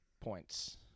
points